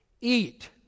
Eat